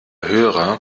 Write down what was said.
hörer